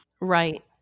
Right